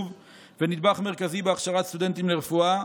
ונדבך מרכזי בהכשרת סטודנטים לרפואה,